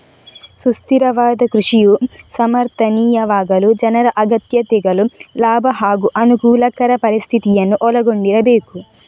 ಸುಸ್ಥಿರವಾದ ಕೃಷಿಯು ಸಮರ್ಥನೀಯವಾಗಲು ಜನರ ಅಗತ್ಯತೆಗಳು ಲಾಭ ಹಾಗೂ ಅನುಕೂಲಕರ ಪರಿಸ್ಥಿತಿಯನ್ನು ಒಳಗೊಂಡಿರಬೇಕು